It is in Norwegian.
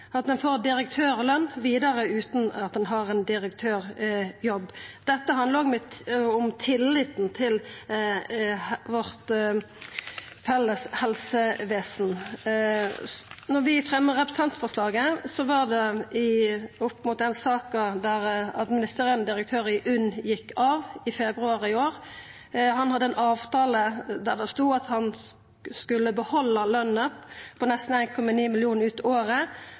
at ein får direktørløn vidare utan at ein har ein direktørjobb. Dette handlar om tilliten til vårt felles helsevesen. Når vi fremja representantforslaget, var det opp mot den saka der administrerande direktør i UNN gjekk av i februar i år. Han hadde ein avtale der det stod at han skulle behalda løna på nesten 1,9 mill. kr ut året,